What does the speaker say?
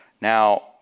Now